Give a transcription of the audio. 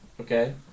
okay